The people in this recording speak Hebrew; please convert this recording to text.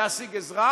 להשיג עזרה,